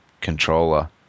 controller